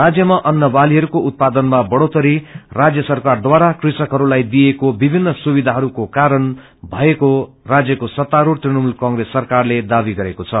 राज्यमा अन्नवालीहरूको उतपादनमा बढ़ोत्तरी राजय सरकारद्वारा क्रेषकहरूलाई दिइएको विभिन्न सुविधाहरूको कारण भएको राज्यको सत्तास्ढ़ तृणमूल कंप्रेस सरकारले दावी गरेको छ